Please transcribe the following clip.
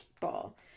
people